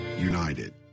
united